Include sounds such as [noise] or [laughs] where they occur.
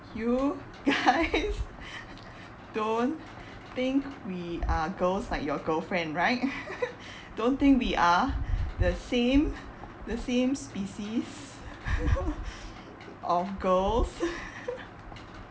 you guys [laughs] don't think we are girls like your girlfriend right [laughs] don't think we are the same the same species [laughs] of girls [laughs]